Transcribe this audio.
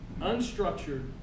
unstructured